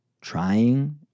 trying